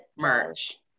merch